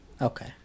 Okay